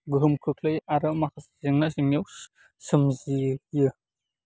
गोहोम खोख्लैयो आरो माखासे जेंना जेंनायाव सोमजियो